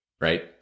right